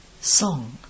Song